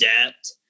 adapt